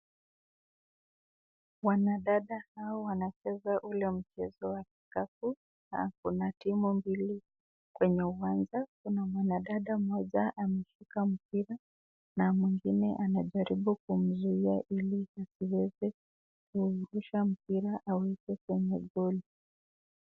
Wanadada hawa wanacheza ule mchezo wa kikapu, na kuna timu mbili kwenye uwanja, kuna mwanadada mmoja ameshika mpira, na mwingine amejaribu kumzuia ili asiweze kuingiza mpira kwenye goli.